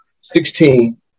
sixteen